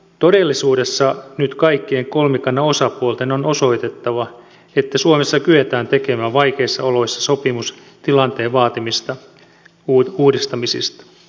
todellisuudessa nyt kaikkien kolmikannan osapuolten on osoitettava että suomessa kyetään tekemään vaikeissa oloissa sopimus tilanteen vaatimista uudistamisista